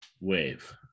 Wave